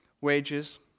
wages